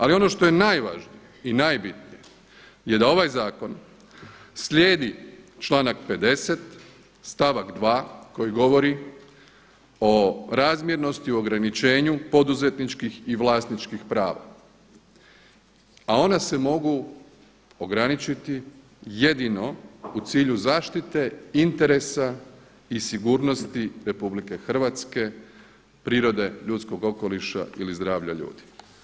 Ali ono što je najvažnije i najbitnije je da ovaj zakon slijedi članak 50. stavak 2. koji govori o razmjernosti u ograničenju poduzetničkih i vlasničkih prava a ona se mogu ograničiti jedino u cilju zaštite interesa i sigurnosti RH, prirode, ljudskog okoliša ili zdravlja ljudi.